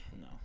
no